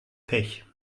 pech